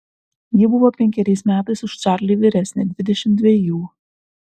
ji buvo penkeriais metais už čarlį vyresnė dvidešimt dvejų